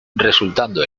resultando